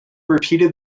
repeated